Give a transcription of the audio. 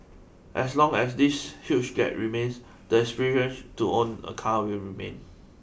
as long as this huge gap remains the to own a car will remain